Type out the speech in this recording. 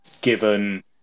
given